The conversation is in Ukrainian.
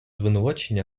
звинувачення